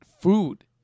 food